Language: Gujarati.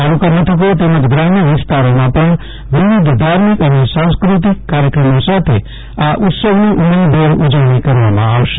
તાલુકા મથકો તેમજ ગ્રામ્ય વિસ્તારોમાં પણ વિવિધ ધાર્મિક અને સાંસ્કૃતિક કાર્યક્રમો સાથે આ ઉત્સવની ઉમંગભેર ઉજવણી કરવામાં આવશે